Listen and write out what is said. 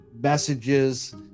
messages